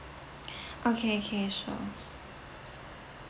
okay K sure